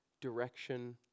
direction